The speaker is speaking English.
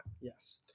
Yes